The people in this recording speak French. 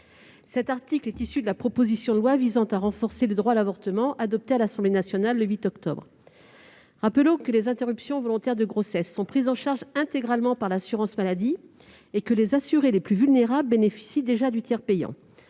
Cet article est issu de la proposition de loi visant à renforcer le droit à l'avortement adoptée par l'Assemblée nationale le 8 octobre dernier. Rappelons que les interruptions volontaires de grossesse sont intégralement prises en charge par l'assurance maladie et que les assurées les plus vulnérables bénéficient déjà du tiers payant